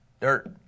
dirt